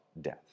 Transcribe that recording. death